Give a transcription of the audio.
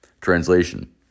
Translation